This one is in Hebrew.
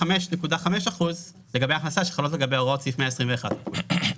ו-25.5 אחוזים לגבי הכנסה שחלות לגביה הוראות סעיף 121 לפקודה,